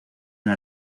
una